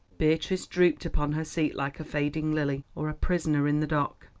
beatrice drooped upon her seat like a fading lily, or a prisoner in the dock.